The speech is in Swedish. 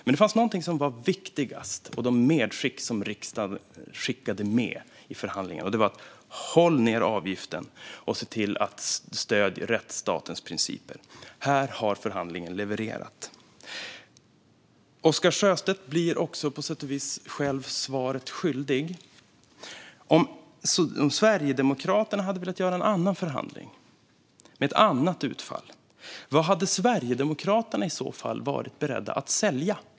Men det fanns någonting som var viktigast och där riksdagen gjorde medskick inför förhandlingarna, och det var att man skulle hålla ned avgiften och att man skulle se till att stödja rättsstatens principer. Här har förhandlingen levererat. Oscar Sjöstedt blir på sätt och vis själv svaret skyldig. Om Sverigedemokraterna hade velat göra en annan förhandling med ett annat utfall, vad hade Sverigedemokraterna i så fall varit beredda att sälja?